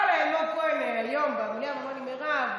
בא אליי אלמוג כהן היום במליאה ואומר לי: מירב,